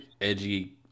edgy